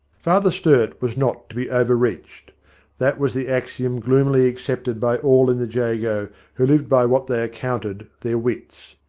father sturt was not to be overreached that was the axiom gloomily accepted by all in the jago who lived by what they accounted their wits.